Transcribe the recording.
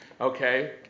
Okay